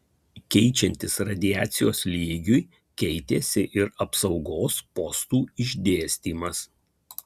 keičiantis radiacijos lygiui keitėsi ir apsaugos postų išdėstymas